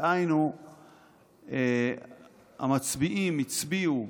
דהיינו המצביעים הצביעו,